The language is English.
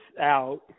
out